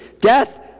Death